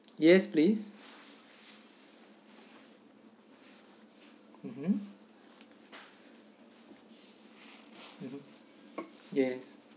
yes please mmhmm yes